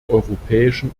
europäischen